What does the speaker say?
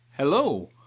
Hello